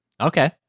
okay